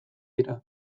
dira